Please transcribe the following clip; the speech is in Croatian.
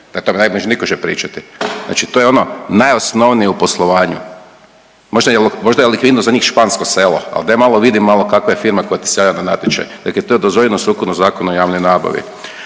koja nema bonitet, … pričati, znači to je ono najosnovnije u poslovanju. Možda je likvidnost za njih špansko selo, al daj malo vidi malo kakva je firma koja ti se javlja na natječaj, dakle to je dozvoljeno sukladno Zakonu o javnoj nabavi.